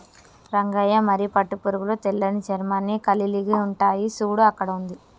రంగయ్య మరి పట్టు పురుగులు తెల్లని చర్మాన్ని కలిలిగి ఉంటాయి సూడు అక్కడ ఉంది